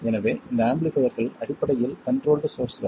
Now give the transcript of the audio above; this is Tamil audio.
எனவே இந்த ஆம்பிளிஃபைர்கள் அடிப்படையில் கன்ட்ரோல்ட் சோர்ஸ்கள்